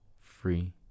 Free